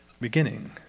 beginning